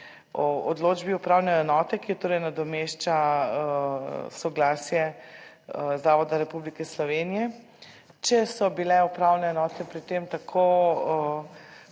odločbi upravne enote, ki jo torej nadomešča soglasje Zavoda Republike Slovenije. Če so bile upravne enote pri tem tako